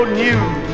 news